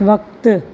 वक़्तु